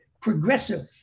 progressive